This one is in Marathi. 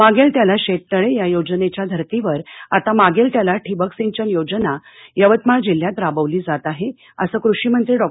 मागेल त्याला शेततळे या योजनेच्या धर्तीवर आता मागेल त्याला ठिबक सिंचन योजना यवतमाळ जिल्ह्यात राबवली जात आहे असं कृषी मंत्री डॉ